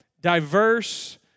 diverse